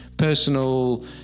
personal